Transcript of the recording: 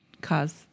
cause